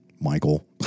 Michael